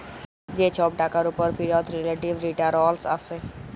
যে ছব টাকার উপর ফিরত রিলেটিভ রিটারল্স আসে